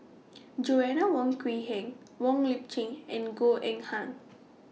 Joanna Wong Quee Heng Wong Lip Chin and Goh Eng Han